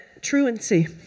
truancy